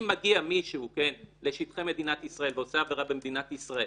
אם מגיע מישהו לשטחי מדינת ישראל ועושה עבירה במדינת ישראל,